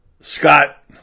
Scott